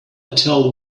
tell